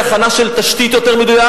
ההסתה היא הכנה של תשתית, יותר מדויק,